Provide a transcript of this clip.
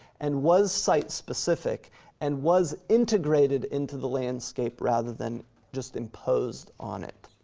and was site-specific and was integrated into the landscape rather than just imposed on it.